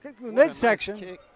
midsection